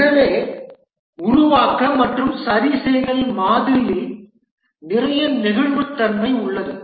எனவே உருவாக்க மற்றும் சரிசெய்தல் மாதிரியில் நிறைய நெகிழ்வுத்தன்மை உள்ளது